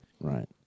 Right